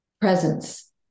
presence